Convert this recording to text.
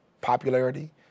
popularity